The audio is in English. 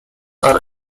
are